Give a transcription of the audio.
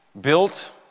built